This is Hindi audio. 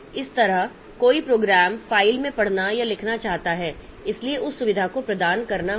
इसी तरह कोई प्रोग्राम फ़ाइल में पढ़ना या लिखना चाहता है इसलिए उस सुविधा को प्रदान करना होगा